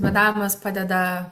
badavimas padeda